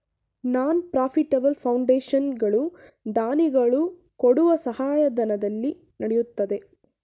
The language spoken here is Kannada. ನಾನ್ ಪ್ರಫಿಟೆಬಲ್ ಫೌಂಡೇಶನ್ ಗಳು ದಾನಿಗಳು ಕೊಡುವ ಸಹಾಯಧನದಲ್ಲಿ ನಡೆಯುತ್ತದೆ